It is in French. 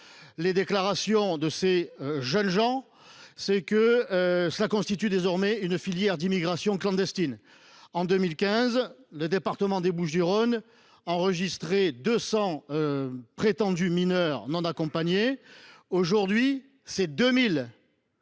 les déclarations de ces jeunes gens, on a aidé à la constitution d’une filière d’immigration clandestine : en 2015, le département des Bouches du Rhône dénombrait 200 prétendus mineurs non accompagnés ; aujourd’hui, c’est 2 000